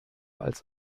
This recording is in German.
als